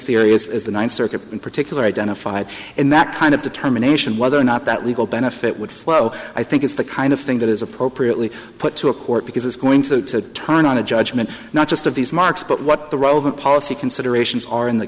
the ninth circuit in particular identified and that kind of determination whether or not that legal benefit would flow i think it's the kind of thing that is appropriately put to a court because it's going to turn on a judgment not just of these marks but what the rover policy considerations are in th